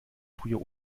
früher